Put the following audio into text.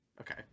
okay